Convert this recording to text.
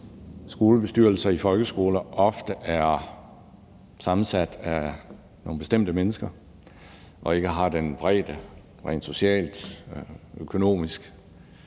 skolebestyrelser i folkeskoler ofte er sammensat af nogle bestemte mennesker og ikke har en bredde rent socialt og økonomisk.